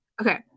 Okay